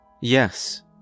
Yes